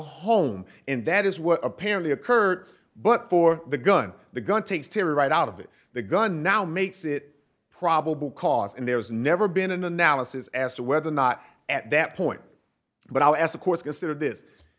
home and that is what apparently occurred but for the gun the gun takes to write out of it the gun now makes it probable cause and there has never been an analysis as to whether or not at that point but i s of course consider this